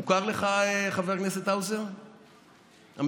מוכר לך, חבר הכנסת האוזר, המשפט?